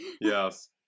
Yes